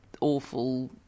awful